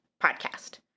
podcast